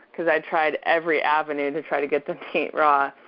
cause i tried every avenue to try to get them to eat raw,